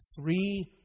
three